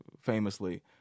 famously